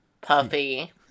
Puffy